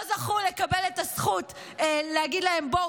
לא זכו לקבל את הזכות להגיד להן: בואו,